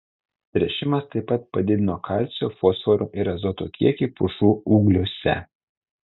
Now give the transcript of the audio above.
tręšimas taip pat padidino kalcio fosforo ir azoto kiekį pušų ūgliuose